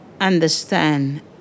understand